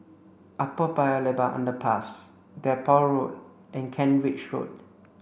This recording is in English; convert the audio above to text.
Upper Paya Lebar Underpass Depot Road and Kent Ridge Road